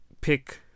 pick